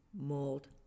mold